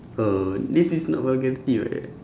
oh this is not vulgarity [what]